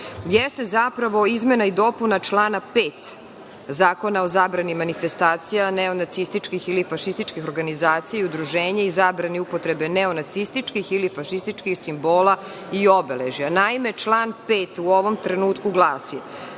jeste zapravo izmena i dopuna člana 5. Zakona o zabrani manifestacija neonacističkih ili fašističkih organizacija i udruženja i zabrani upotrebe neonacističkih ili fašističkih simbola i obeležja. Naime, član 5. u ovom trenutku glasi